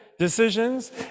decisions